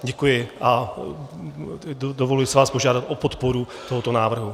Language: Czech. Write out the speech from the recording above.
Děkuji a dovoluji si vás požádat o podporu tohoto návrhu.